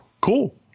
cool